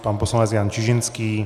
Pan poslanec Jan Čižinský.